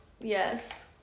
yes